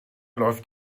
läuft